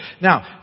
Now